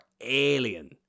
alien